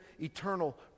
eternal